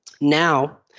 Now